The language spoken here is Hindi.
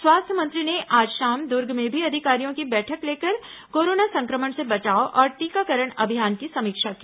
स्वास्थ्य मंत्री ने आज शाम दुर्ग में भी अधिकारियों की बैठक लेकर कोरोना संक्रमण से बचाव और टीकाकरण अभियान की समीक्षा की